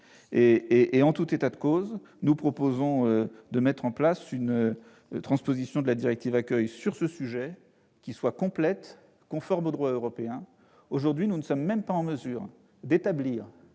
En tout état, de cause, nous proposons de mettre en place, sur ce sujet, une transposition de la directive Accueil qui soit complète et conforme au droit européen. Aujourd'hui, nous ne sommes même pas en mesure d'établir